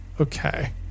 Okay